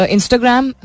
Instagram